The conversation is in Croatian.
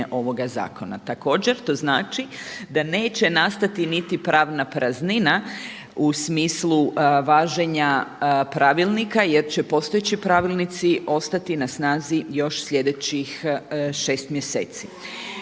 ovoga zakona. Također to znači da neće nastati niti pravna praznina u smislu važenja pravilnika, jer će postojeći pravilnici ostati na snazi još sljedećih 6 mjeseci.